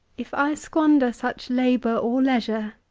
if i squander such labour or leisure,